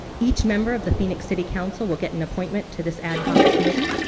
each member of the phoenix city council will get an appointment to this ad hoc committee.